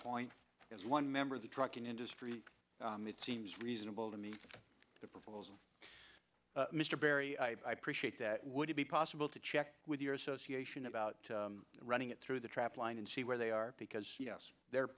point because one member of the trucking industry it seems reasonable to me the proposal mr perry appreciate that would it be possible to check with your association about running it through the trap line and see where they are because they're